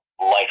life